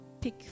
pick